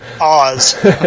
oz